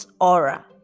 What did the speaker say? aura